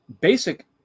basic